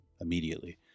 immediately